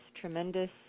tremendous